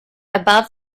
above